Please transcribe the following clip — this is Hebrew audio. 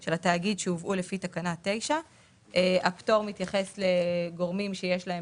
של התאגיד שהובאו לפי תקנה 9.". הפטור מתייחס לגורמים שיש להם